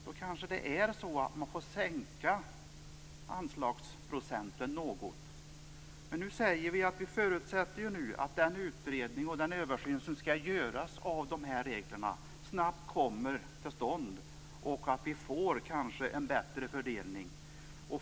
Då kanske det är så att man får sänka anslagsprocenten något. Men nu säger vi ju att vi förutsätter att den utredning och översyn som skall göras av de här reglerna snabbt kommer till stånd och att vi kanske får en bättre fördelning.